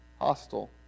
hostile